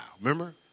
remember